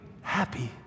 happy